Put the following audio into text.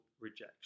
rejection